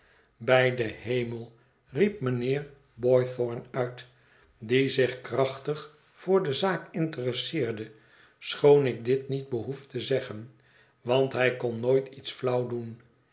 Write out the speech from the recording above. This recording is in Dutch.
bij den hemel riep mijnheer boythorn uit die zich krachtig voor de zaak interesseorde schoon ik dit niet behoef te zeggen want hij kon nooit iets flauw doen